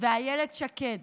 ואילת שקד